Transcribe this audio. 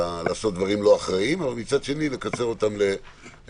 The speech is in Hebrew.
דברים לא אחראיים אבל מצד שני נקצר אותם עד